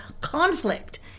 conflict